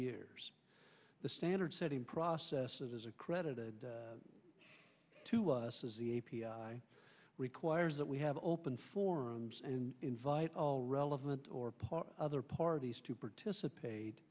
years the standard setting processes as accredited to us as the a p i requires that we have open forums and invite all relevant or part other parties to participate